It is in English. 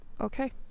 okay